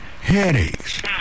headaches